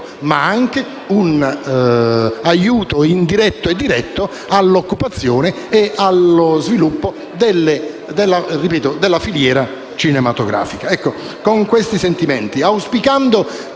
ma anche un aiuto indiretto e diretto all’occupazione e allo sviluppo della filiera cinematografica. Con questi sentimenti e auspicando